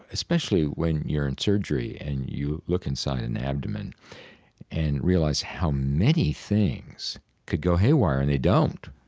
especially when you're in surgery and you look inside an abdomen and realize how many things could go haywire and they don't.